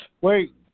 Wait